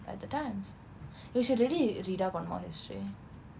at the times you should already read up on more history